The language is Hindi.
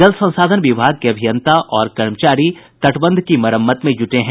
जल संसाधन विभाग के अभियंता और कर्मचारी तटबंध की मरम्मत में जुटे हैं